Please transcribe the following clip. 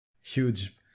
huge